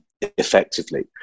effectively